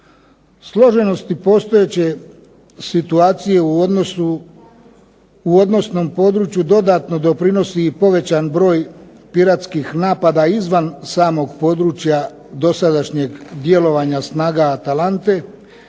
Složenosti postojeće situacije u odnosnom području dodatno doprinosi i povećan broj piratskih napada i izvan samog područja dosadašnjeg djelovanja snaga "ATALANTE"